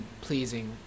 pleasing